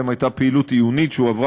ובהם הייתה פעילות עיונית שהועברה